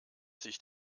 sich